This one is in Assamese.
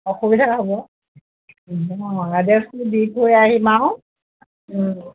অসুবিধা হ'ব অঁ এড্ৰেছটো দি থৈ আহিম আৰু